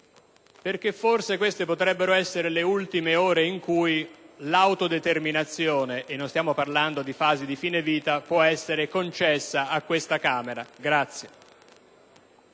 perché forse queste potrebbero essere le ultime ore in cui l'autodeterminazione - e non stiamo parlando di fasi di fine vita - può essere concessa a questa Camera.